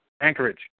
Anchorage